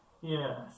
Yes